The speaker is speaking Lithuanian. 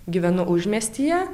gyvenu užmiestyje